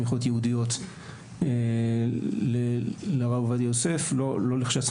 ייעודיות לרב עובדיה יוסף לא לכשעצמו,